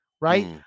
right